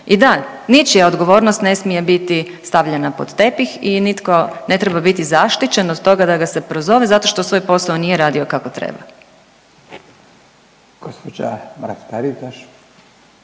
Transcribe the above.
I da, ničija odgovornost ne smije biti stavljena pod tepih i nitko ne treba biti zaštićen od toga da ga se prozove zato što svoj posao nije radio kako treba.